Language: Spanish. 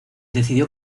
decidió